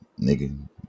nigga